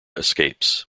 escapes